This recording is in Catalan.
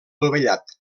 dovellat